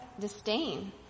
disdain